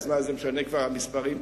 אז מה זה משנה כבר המספרים פה.